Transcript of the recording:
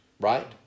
right